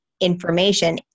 information –